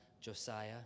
Josiah